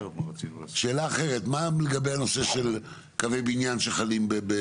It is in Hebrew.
שאלה אחרת, מה לגבי הנושא של קווי בניין שחלים ?